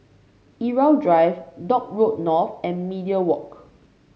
Irau Drive Dock Road North and Media Walk